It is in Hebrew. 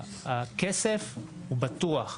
הכסף הוא בטוח,